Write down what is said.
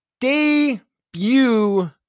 debut